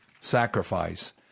sacrifice